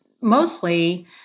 mostly